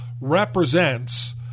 represents